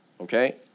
Okay